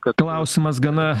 klausimas gana